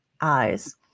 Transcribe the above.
eyes